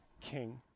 king